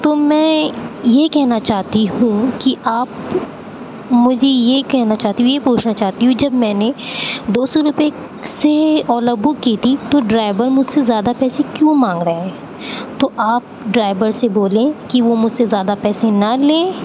تو میں یہ کہنا چاہتی ہوں کہ آپ مجھے یہ کہنا چاہتی ہوں یہ پوچھنا چاہتی ہوں جب میں نے دو سو روپئے سے اولا بک کی تھی تو ڈرائبر مجھ سے زیادہ پیسے کیوں مانگ رہا ہے تو آپ ڈرائبر سے بولیں کہ وہ مجھ سے زیادہ پیسے نہ لیں